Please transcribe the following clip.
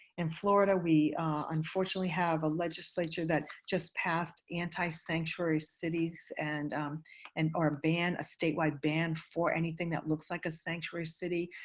in florida, we unfortunately have a legislature that just passed anti-sanctuary cities and and or a ban, a statewide ban for anything that looks like a sanctuary city.